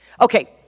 Okay